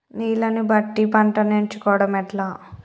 నీళ్లని బట్టి పంటను ఎంచుకోవడం ఎట్లా?